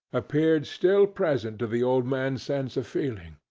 appeared still present to the old man's sense of feeling.